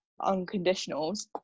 unconditionals